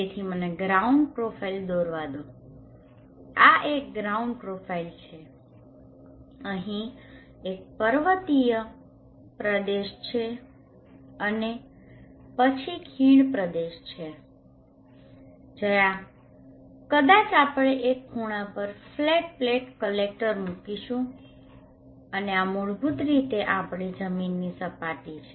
તેથી મને ground profile દોરવા દો આ એક ગ્રાઉન્ડ પ્રોફાઇલ છે અહીં એક પર્વતીય પ્રદેશ છે અને પછી ખીણ પ્રદેશ છે જ્યાં કદાચ આપણે એક ખૂણા પર ફ્લેટ પ્લેટ કલેક્ટર મૂકીશું અને આ મૂળભૂત રીતે આપણી જમીનની સપાટી છે